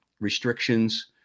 restrictions